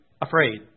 afraid